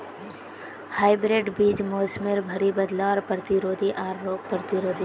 hybrid बीज मोसमेर भरी बदलावर प्रतिरोधी आर रोग प्रतिरोधी छे